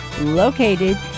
located